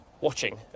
watching